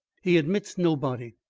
he admits nobody.